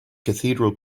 cathedral